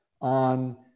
on